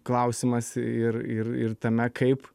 klausimas ir ir ir tame kaip